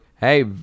hey